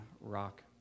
rock